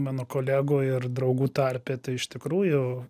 mano kolegų ir draugų tarpe tai iš tikrųjų